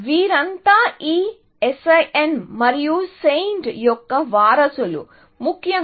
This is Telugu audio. వీరంతా ఈ సిన్ మరియు సెయింట్ యొక్క వారసులు ముఖ్యంగా